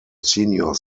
senior